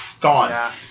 gone